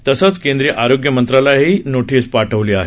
तसंच केंद्रीय आरोग्य मंत्रालयाही नोटीस पाठवली आहे